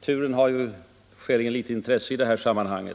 Skidturen har ju skäligen litet intresse i detta sammanhang.